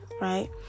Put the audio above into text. right